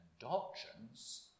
doctrines